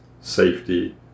safety